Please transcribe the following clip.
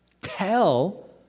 tell